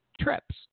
trips